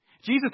Jesus